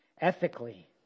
ethically